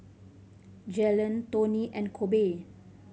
Jalyn Toney and Kobe